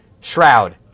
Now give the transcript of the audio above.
Shroud